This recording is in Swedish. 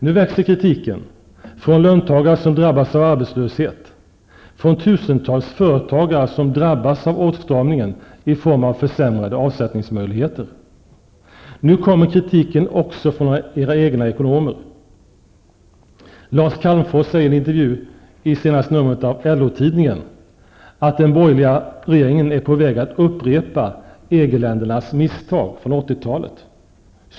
Nu växer kritiken från löntagarna som drabbas av arbetslöshet, från tusentals företagare som drabbas av åtstramningen i form av försämrade avsättningsmöjligheter. Nu kommer kritiken också från era egna ekonomer. Lars Calmfors säger i en intervju i senaste numret av LO-Tidningen att den borgerliga regeringen är på väg att upprepa EG-ländernas misstag från 80-talet.